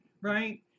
right